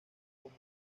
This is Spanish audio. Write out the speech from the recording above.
común